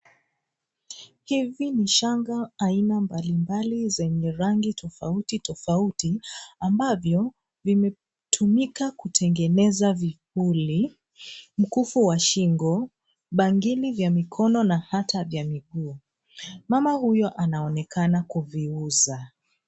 Hivi ni shanga aina mbalimbali zenye rangi tofauti tofauti ambavyo vimetumika kutengeneza vipuli, mkufu wa shingo, bangili vya mkono na hata vya miguu. Mama huyo anaonekana kuviuza.